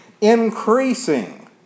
increasing